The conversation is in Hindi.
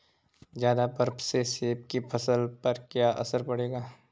ज़्यादा बर्फ से सेब की फसल पर क्या असर पड़ेगा?